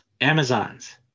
Amazons